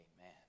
Amen